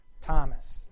Thomas